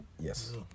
Yes